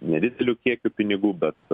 nedideliu kiekiu pinigų bet